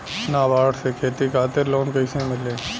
नाबार्ड से खेती खातिर लोन कइसे मिली?